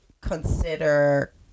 consider